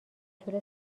طول